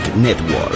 Network